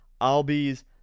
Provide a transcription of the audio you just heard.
Albies